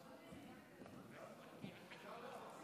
אין רשימת